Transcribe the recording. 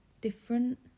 different